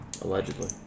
Allegedly